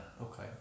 okay